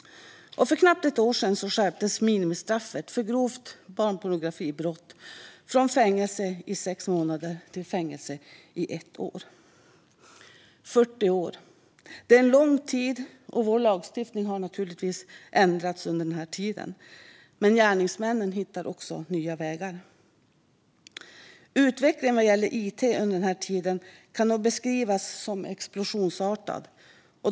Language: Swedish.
För knappt ett år sedan skärptes minimistraffet för grovt barnpornografibrott från fängelse i sex månader till fängelse i ett år. 40 år är en lång tid. Vår lagstiftning har naturligtvis ändrats under denna tid, men gärningsmännen hittar också nya vägar. Utvecklingen av it under denna tid kan beskrivas som explosionsartad.